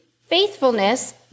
faithfulness